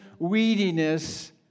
weediness